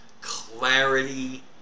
clarity